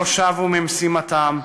לא שבו ממשימתם,